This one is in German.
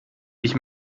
ich